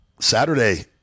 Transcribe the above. Saturday